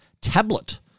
tablet